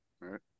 Right